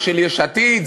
זה של יש עתיד?